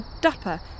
Dupper